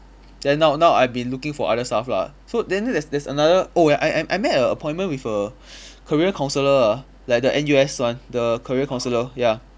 then now now I've been looking for other stuff lah so then there's there's another oh ya I I I made a appointment with a career counsellor ah like the N_U_S one the career counsellor ya